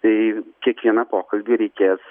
tai kiekvieną pokalbį reikės